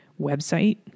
website